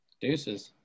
Deuces